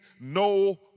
no